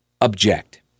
object